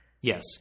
Yes